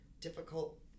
difficult